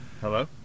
Hello